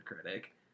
Critic